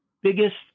biggest